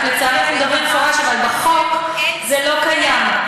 צריך לדבר במפורש, אבל בחוק זה לא קיים.